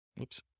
Oops